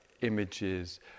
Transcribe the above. images